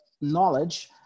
knowledge